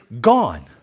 gone